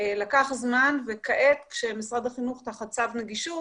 לקח זמן, כעת כשמשרד החינוך תחת צו נגישות